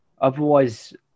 Otherwise